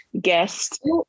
guest